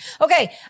Okay